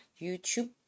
YouTube